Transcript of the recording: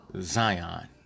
Zion